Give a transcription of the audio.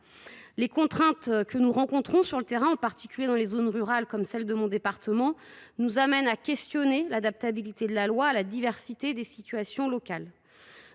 Les contraintes que nous rencontrons sur le terrain, en particulier dans les zones rurales, comme celles de mon département, nous amènent à nous interroger sur l’adaptabilité de la loi à la diversité des situations locales.